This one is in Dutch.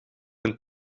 een